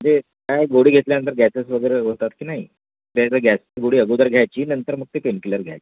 म्हजे काय गोळी घेतल्यानंतर गॅसेस वगैरे होतात की नाही त्याच्यासाठी गॅसची गोळी अगोदर घ्यायची नंतर मग ते पेनकिलर घ्यायचं